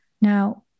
Now